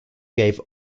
gave